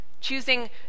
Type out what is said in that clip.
choosing